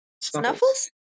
snuffles